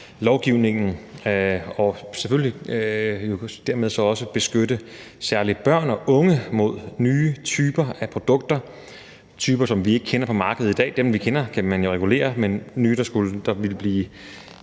lovgivningen og selvfølgelig dermed så også beskytte særlig børn og unge mod nye typer af produkter – typer, som vi ikke kender på markedet i dag. Dem, vi kender, kan man jo regulere, så det gælder nye